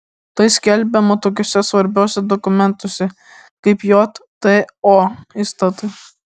tai skelbiama tokiuose svarbiuose dokumentuose kaip jto įstatai